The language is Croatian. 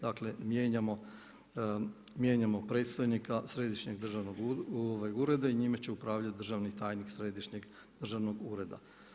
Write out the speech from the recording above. Dakle, mijenjamo predstojnika Središnjeg državnog ureda i njime će upravljati državni tajnik Središnjeg državnog ureda.